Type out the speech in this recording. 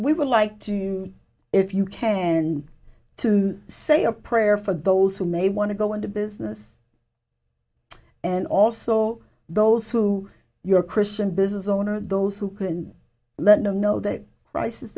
we would like to if you can to say a prayer for those who may want to go into business and also those who you're christian business owner those who can let them know that rice